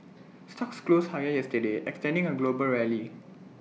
stocks closed higher yesterday extending A global rally